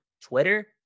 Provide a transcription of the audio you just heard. Twitter